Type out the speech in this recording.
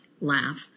laugh